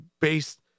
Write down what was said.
based